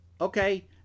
Okay